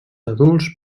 adults